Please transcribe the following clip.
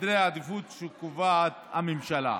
לסדרי העדיפויות שקובעת הממשלה.